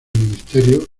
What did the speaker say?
ministerio